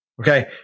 Okay